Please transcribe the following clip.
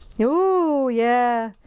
ooooo! yeah!